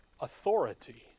Authority